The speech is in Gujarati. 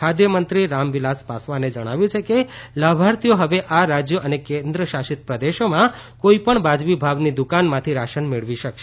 ખાદ્યમંત્રી રામવિલાસ પાસવાને જણાવ્યું છે કે લાભાર્થીઓ હવે આ રાજ્યો અને કેન્દ્રશાસિત પ્રદેશોમાં કોઇ પણ વાજબી ભાવની દુકાનમાંથી રાશન મેળવી શકશે